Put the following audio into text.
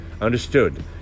understood